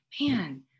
man